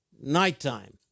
Nighttime